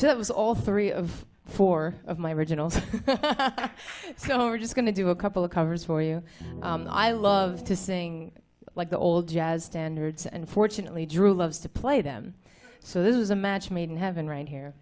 that was all three of four of my originals so we're just going to do a couple of covers for you i love to sing like the old jazz standards and fortunately drew loves to play them so this is a match made in heaven right here